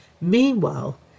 Meanwhile